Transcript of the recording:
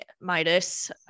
Midas